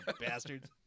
bastards